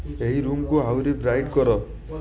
ଏହି ରୁମ୍କୁ ଆହୁରି ବ୍ରାଇଟ୍ କର